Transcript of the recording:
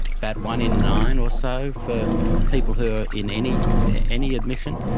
but one in nine or so for people who are in any any admission.